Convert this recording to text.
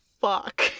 fuck